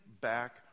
back